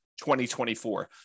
2024